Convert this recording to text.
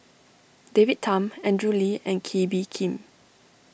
David Tham Andrew Lee and Kee Bee Khim